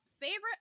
favorite